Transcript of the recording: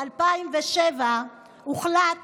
ב-2007 הוחלט